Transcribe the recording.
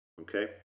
Okay